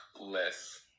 less